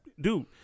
Dude